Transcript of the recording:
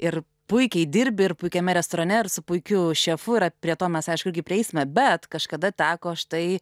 ir puikiai dirbi ir puikiame restorane ir su puikiu šefu ir prie to mes aišku irgi prieisime bet kažkada teko štai